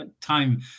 time